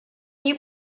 you